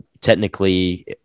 technically